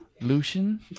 Lucian